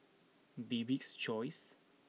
Bibik's choice